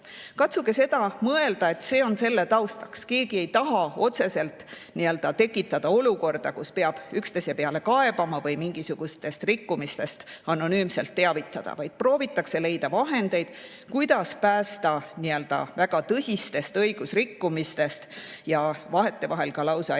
Katsuge mõelda, et see on selle taustaks. Keegi ei taha otseselt tekitada olukorda, kus peab üksteise peale kaebama või mingisugustest rikkumistest anonüümselt teavitama, vaid proovitakse leida vahendeid, kuidas leida väga tõsistest õigusrikkumistest ja vahetevahel ka lausa eluohtlikest